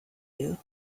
you